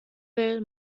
will